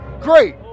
Great